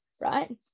right